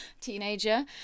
teenager